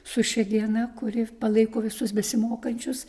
su šia diena kuri palaiko visus besimokančius